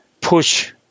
push